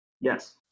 Yes